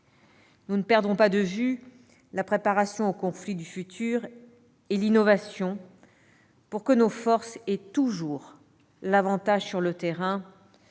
Nous ne perdons pas de vue la préparation aux conflits du futur et l'innovation pour que nos forces aient toujours l'avantage sur le terrain,